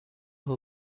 who